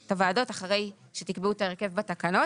את הוועדות, אחרי שתקבעו את ההרכב בתקנות.